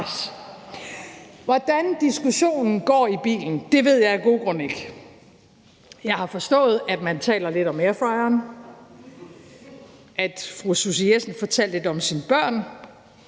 Hvordan diskussionen går i bilen, ved jeg af gode grunde ikke. Jeg har forstået, at man taler lidt om airfryeren, at fru Susie Jessen fortalte lidt om sine børn.